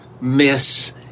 miss